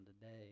today